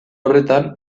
horretan